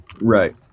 Right